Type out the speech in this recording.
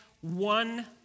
one